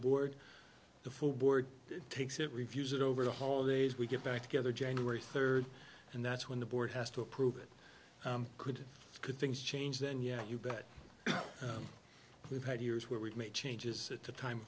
board the full board takes it refuse it over the holidays we get back together january third and that's when the board has to approve it could could things change then yeah you bet we've had years where we've made changes to t